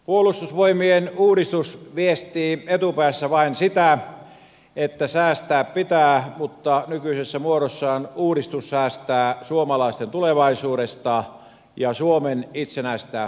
puolustusvoimien uudistus viestii etupäässä vain sitä että säästää pitää mutta nykyisessä muodossaan uudistus säästää suomalaisten tulevaisuudesta ja suomen itsenäisestä puolustuskyvystä